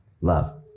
Love